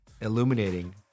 illuminating